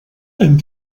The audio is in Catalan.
hem